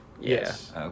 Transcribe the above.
Yes